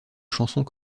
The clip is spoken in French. chansons